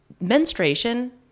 menstruation